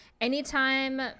anytime